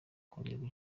kongerwa